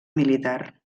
militar